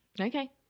Okay